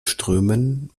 strömen